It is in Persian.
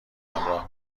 همراه